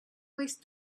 hoist